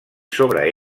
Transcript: sobre